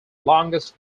longest